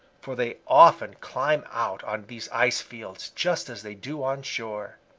for they often climb out on these ice fields, just as they do on shore.